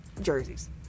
jerseys